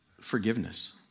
forgiveness